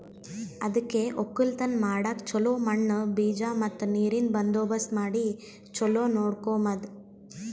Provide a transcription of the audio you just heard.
ಅದುಕೆ ಒಕ್ಕಲತನ ಮಾಡಾಗ್ ಚೊಲೋ ಮಣ್ಣು, ಬೀಜ ಮತ್ತ ನೀರಿಂದ್ ಬಂದೋಬಸ್ತ್ ಮಾಡಿ ಚೊಲೋ ನೋಡ್ಕೋಮದ್